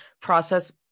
process